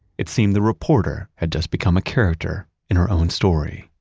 it seemed the reporter had just become a character in her own story.